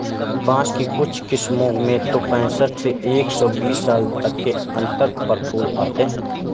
बाँस की कुछ किस्मों में तो पैंसठ से एक सौ बीस साल तक के अंतर पर फूल आते हैं